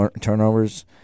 turnovers